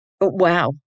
wow